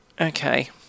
Okay